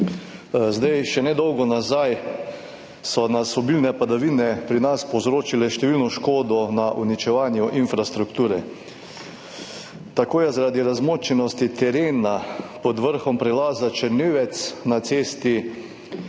enkrat. Še nedolgo nazaj so obilne padavine pri nas povzročile številno škodo na uničevanju infrastrukture. Tako je zaradi razmočenosti terena pod vrhom prelaza Črnivec na cesti Nova